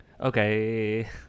Okay